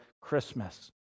Christmas